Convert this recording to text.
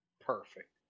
Perfect